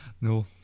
No